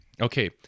okay